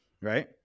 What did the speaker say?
right